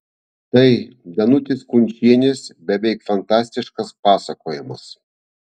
tai danutės kunčienės beveik fantastiškas pasakojimas